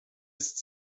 ist